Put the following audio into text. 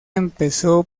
empezó